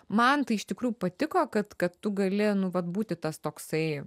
man tai iš tikrųjų patiko kad kad tu gali nu vat būti tas toksai